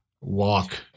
walk